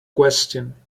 question